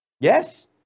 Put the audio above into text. Yes